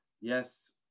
Yes